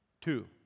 Two